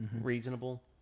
reasonable